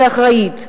אחראית ושקולה,